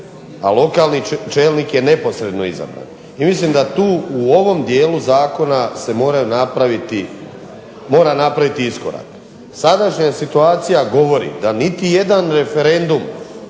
a lokalni čelnik je neposredno izabran. I mislim da tu u ovom dijelu zakona se mora napraviti iskorak. Sadašnja situacija govori da niti jedan referendum